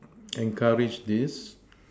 encourage this